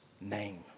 name